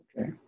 Okay